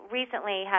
recently